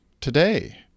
today